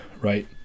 right